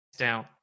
out